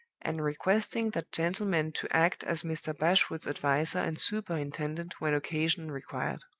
and requesting that gentleman to act as mr. bashwood's adviser and superintendent when occasion required.